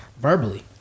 Verbally